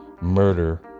murder